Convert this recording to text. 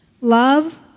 Love